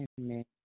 Amen